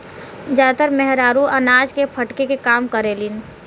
जादातर मेहरारू अनाज के फटके के काम करेलिन